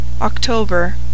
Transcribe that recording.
October